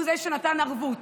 הוא זה שנתן ערבות